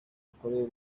bikorewe